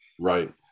right